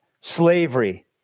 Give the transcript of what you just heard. slavery